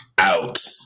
Out